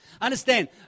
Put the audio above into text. Understand